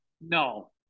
no